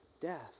death